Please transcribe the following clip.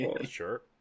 sure